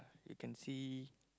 you can see